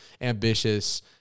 ambitious